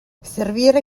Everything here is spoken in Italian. servire